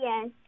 yes